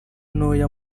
ntoya